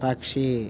പക്ഷി